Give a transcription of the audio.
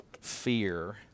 fear